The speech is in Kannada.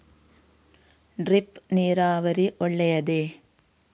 ಡ್ರಿಪ್ ನೀರಾವರಿ ಒಳ್ಳೆಯದೇ?